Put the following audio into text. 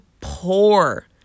poor